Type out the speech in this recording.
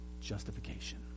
justification